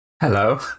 Hello